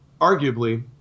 arguably